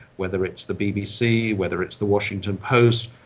whether it's the bbc, whether it's the washington post,